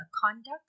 conduct